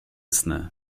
sny